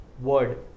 word